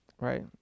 right